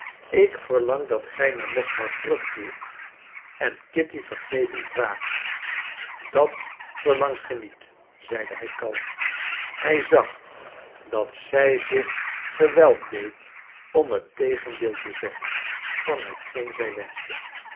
ik verlang dat gij naar moskou terugkeert en kitty vergeving vraagt dat verlangt ge niet zeide hij kalm hij zag dat zij zich geweld deed om het tegendeel te zeggen van hetgeen zij wenschte